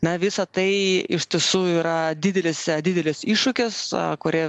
na visa tai iš tiesų yra didelis didelis iššūkis kurį